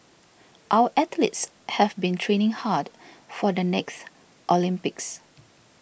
our athletes have been training hard for the next Olympics